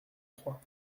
trois